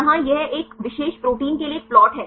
तो यहाँ यह एक विशेष प्रोटीन के लिए एक प्लाट है